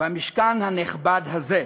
במשכן הנכבד הזה.